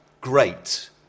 great